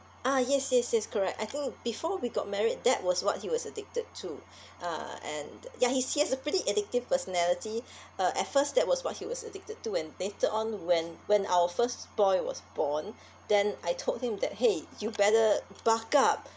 ah yes yes yes correct I think before we got married that was what he was addicted to uh and ya he he has a pretty addictive personality uh at first that was what he was addicted to and later on when when our first boy was born then I told him that hey you better buck up